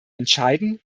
entscheiden